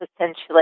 essentially